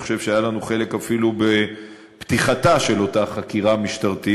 אני חושב שהיה לנו אפילו חלק בפתיחתה של אותה חקירה משטרתית.